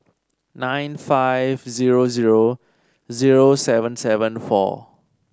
nine five zero zero zero seven seven four